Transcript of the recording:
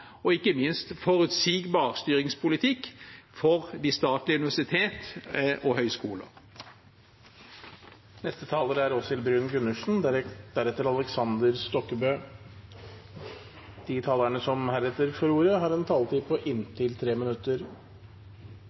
og ikke minst forutsigbar styringspolitikk for de statlige universitetene og høyskolene. De talerne som heretter får ordet, har en taletid på inntil 3 minutter.